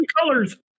colors